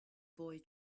boy